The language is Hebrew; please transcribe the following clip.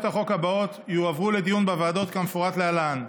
החוק הבאות יועברו לדיון בוועדות כמפורט להלן: